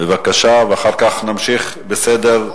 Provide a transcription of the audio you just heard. בבקשה, ואחר כך נמשיך בסדר.